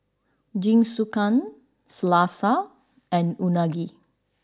Jingisukan Salsa and Unagi